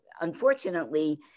unfortunately